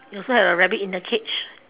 you also have a rabbit in the cage